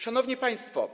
Szanowni Państwo!